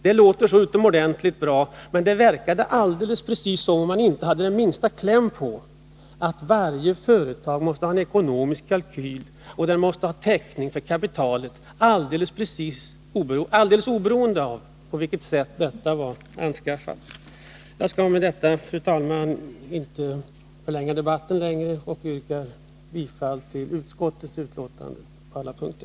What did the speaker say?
Det låter så utomordentligt bra, men det verkade precis som om man inte hade minsta kläm på att varje företag måste ha en ekonomisk kalkyl och en täckning för kapitalet, alldeles oberoende av på vilket sätt detta har anskaffats. Jag vill, fru talman, inte förlänga debatten, utan nu sluta med att yrka bifall till utskottets hemställan på alla punkter.